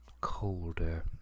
colder